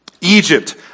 Egypt